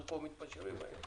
אנחנו מתפשרים פה.